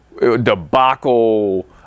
debacle